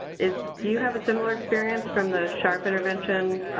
is do you have a similar experience from the sharp intervention